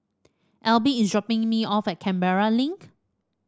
Elby is dropping me off at Canberra Link